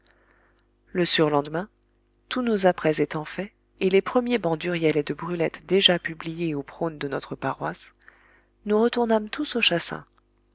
le surlendemain tous nos apprêts étant faits et les premiers bans d'huriel et de brulette déjà publiés au prône de notre paroisse nous retournâmes tous au chassin